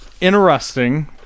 interesting